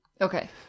Okay